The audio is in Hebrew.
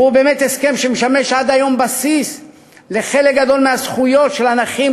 זהו באמת הסכם שמשמש עד היום בסיס לחלק גדול מהזכויות של הנכים,